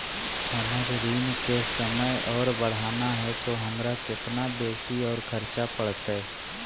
हमर ऋण के समय और बढ़ाना है तो हमरा कितना बेसी और खर्चा बड़तैय?